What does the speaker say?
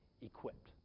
equipped